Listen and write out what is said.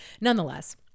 nonetheless